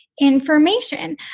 information